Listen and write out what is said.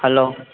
hello